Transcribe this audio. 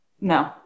No